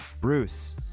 Bruce